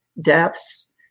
deaths